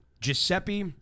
Giuseppe